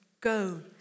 Go